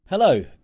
Hello